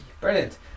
Brilliant